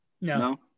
No